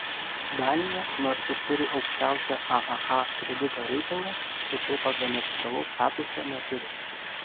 danija nors ir turi aukščiausią aaa kredito reitingą tačiau tokio neoficialaus statuso neturi